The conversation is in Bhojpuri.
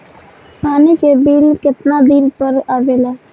पानी के बिल केतना दिन पर आबे ला?